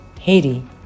Haiti